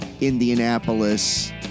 Indianapolis